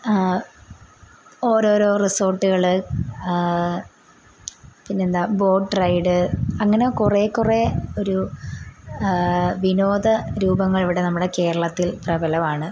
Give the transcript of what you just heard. ഓരോരൊ റിസോട്ട്കൾ പിന്നെന്താ boat ride അങ്ങനെ കുറെ കുറെ ഒരു വിനോദ രൂപങ്ങൾ ഇവിടെ നമ്മുടെ കേരളത്തിൽ പ്രബലമാണ്